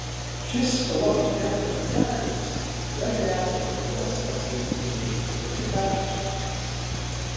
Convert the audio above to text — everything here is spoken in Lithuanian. šis logitech garsiakalbis yra geriausias būdas pasidalyti mėgiama muzika su kitais